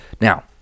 now